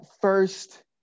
first